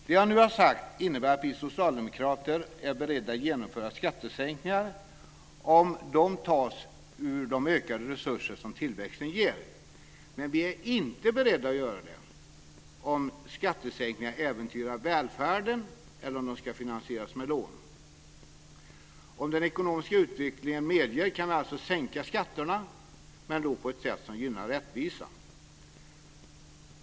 Det jag nu har sagt innebär att vi socialdemokrater är beredda att genomföra skattesänkningar om de tas ur de ökade resurser som tillväxten ger, men vi är inte beredda att göra det om skattesänkningarna äventyrar välfärden eller om de ska finansieras med lån. Om den ekonomiska utvecklingen medger det kan vi alltså sänka skatterna, men då på ett sätt som gynnar rättvisan.